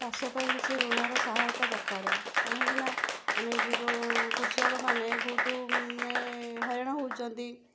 ଚାଷପାଇଁ କିଛି ଋଣର ସାହାୟତା ଦରକାର କାହିଁକିନା ଆମେ ଯେଉଁ କୃଷକମାନେ ବହୁତ ମାନେ ହଇରାଣ ହେଉଛନ୍ତି